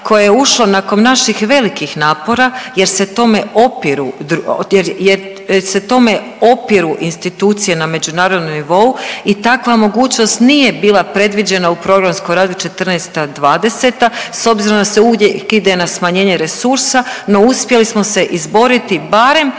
koje je ušlo nakon naših velikih napora jer se tome opiru institucije na međunarodnom nivou i takva mogućnost nije bila predviđena u programskom razdoblju '14.-'20. s obzirom da se uvijek ide na smanjenje resursa, no uspjeli smo se izboriti barem